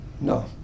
No